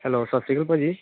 hello ਸਤਿ ਸ਼੍ਰੀ ਅਕਾਲ ਭਾਅ ਜੀ